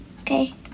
okay